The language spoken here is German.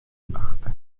machte